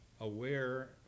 aware